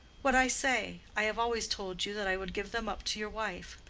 what i say. i have always told you that i would give them up to your wife.